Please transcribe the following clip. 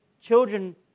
children